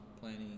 planning